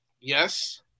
Yes